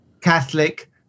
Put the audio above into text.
Catholic